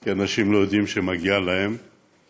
כי אנשים לא יודעים שמגיעות להם